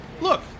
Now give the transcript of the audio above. Look